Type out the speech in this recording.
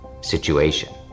situation